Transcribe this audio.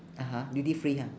(uh huh) duty free ha